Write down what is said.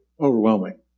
overwhelming